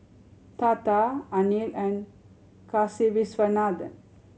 Tata Anil and Kasiviswanathan